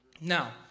Now